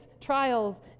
trials